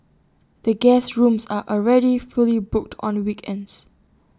the guest rooms are already fully booked on weekends